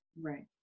Right